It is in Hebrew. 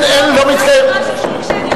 הוא אומר פה שהוא הקשיב לכל הדיון.